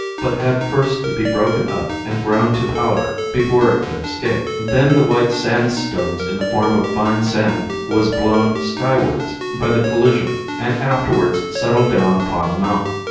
but had first to be broken up and ground to powder before it could escape. then the white sandstones in the form of fine sand was blown skywards by the collision and afterwards settled down upon the mountain.